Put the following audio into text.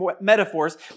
metaphors